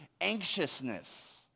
Anxiousness